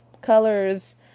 colors